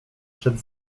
przed